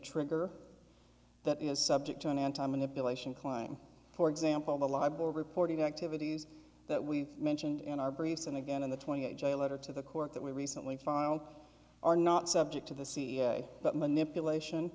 trigger that is subject to an anti manipulation claim for example the libel reporting activities that we mentioned in our briefs and again in the twentieth a letter to the court that we recently filed are not subject to the ca but manipulation